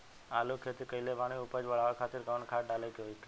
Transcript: आलू के खेती कइले बानी उपज बढ़ावे खातिर कवन खाद डाले के होई?